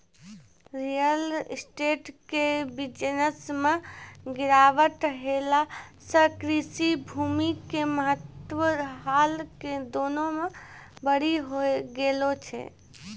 real estate के business मॅ गिरावट ऐला सॅ कृषि भूमि के महत्व हाल के दिनों मॅ बढ़ी गेलो छै